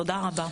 תודה רבה.